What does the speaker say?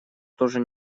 тоже